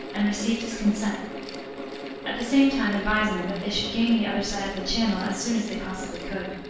and received his consent at the same time advising that they should gain the other side of the channel as soon as they possibly could.